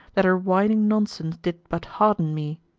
that her whining nonsense did but harden me.